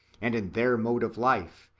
and in their mode of life,